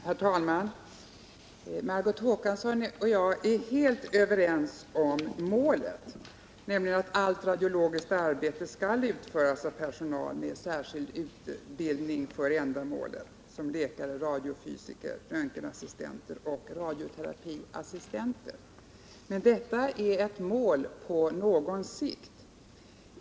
Herr talman! Margot Håkansson och jag är helt överens om målet, nämligen att allt radiologiskt arbete skall utföras av personal med särskild utbildning för ändamålet, såsom läkare, radiofysiker, röntgenassistenter eller radioterapiassistenter. Men detta är ett mål på någon sikt.